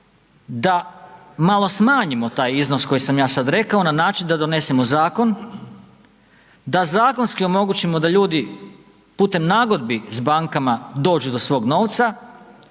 da malo smanjimo taj iznos koji sam ja sada rekao na način da donesemo zakon, da zakonski omogućimo da ljudi putem nagodbi s bankama dođu do svog novca